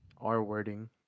r-wording